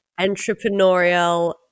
entrepreneurial